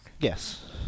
Yes